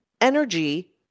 energy